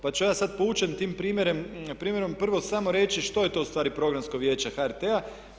Pa ću ja sad poučen tim primjerom prvo samo reći što je to ustvari Programsko vijeće HRT-a.